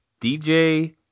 DJ